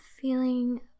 feeling